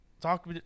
talk